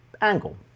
angle